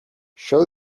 show